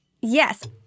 Yes